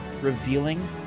revealing